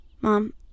Mom